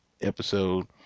episode